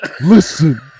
listen